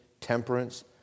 temperance